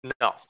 no